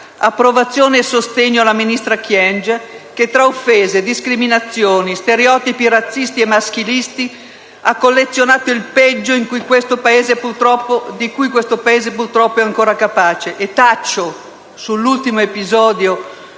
approvazione e sostegno alla ministra Kyenge, che tra offese, discriminazioni, stereotipi razzisti e maschilisti ha collezionato il peggio di cui questo Paese è purtroppo ancora capace.